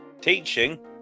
Teaching